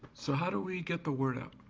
so how do we get the word out?